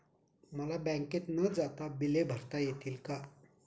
मला बँकेत न जाता बिले भरता येतील का?